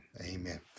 amen